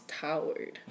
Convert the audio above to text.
towered